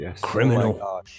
criminal